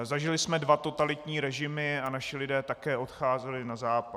Zažili jsme dva totalitní režimy a naši lidé také odcházeli na Západ.